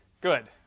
Good